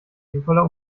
liebevoller